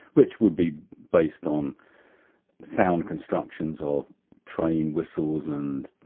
which would be based on sound constructions of train whistles and